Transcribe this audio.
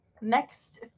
next